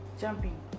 jumping